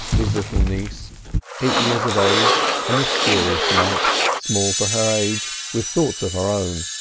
his little niece eight years of age, a mysterious mite, small for her age, with thoughts of her own,